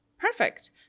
Perfect